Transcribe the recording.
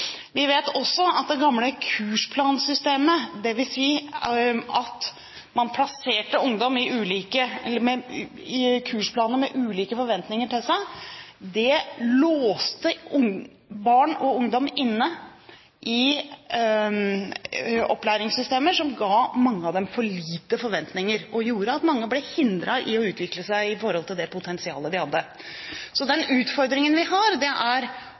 Vi vet også at det gamle kursplansystemet, dvs. at man plasserte ungdom i kursplaner med ulike forventninger til seg, låste barn og ungdom inne i opplæringssystemer som ga mange av dem for lite forventninger, og gjorde at mange ble hindret i å utvikle seg i forhold til det potensialet de hadde. Så den utfordringen vi har, er